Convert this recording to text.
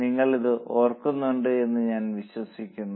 നിങ്ങൾ ഇത് ഓർക്കുന്നുണ്ട് എന്ന് ഞാൻ വിശ്വസിക്കുന്നു